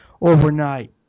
overnight